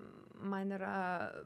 man yra